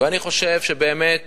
אני חושב שבאמת